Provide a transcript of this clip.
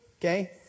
Okay